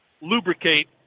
lubricate